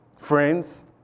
friends